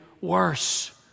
worse